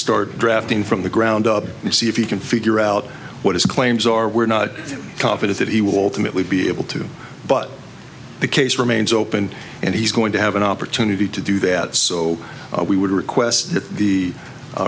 start drafting from the ground up and see if he can figure out what claims or we're not confident that he will ultimately be able to but the case remains open and he's going to have an opportunity to do that so we would request that the